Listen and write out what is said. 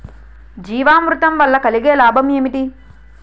జీవామృతం వల్ల కలిగే లాభాలు ఏంటి?